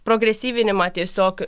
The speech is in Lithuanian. progresyvinimą tiesiog